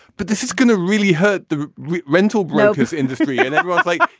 but this is going to really hurt the rental brokers industry like,